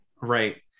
Right